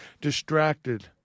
distracted